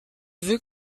veux